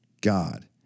God